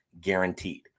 guaranteed